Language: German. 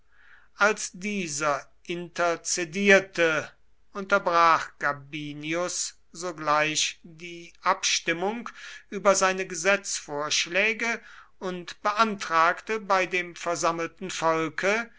als dieser interzedierte unterbrach gabinius sogleich die abstimmung über seine gesetzvorschläge und beantragte bei dem versammelten volke